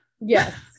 yes